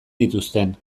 dituzten